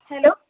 hello